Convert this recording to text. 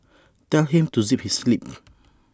tell him to zip his lip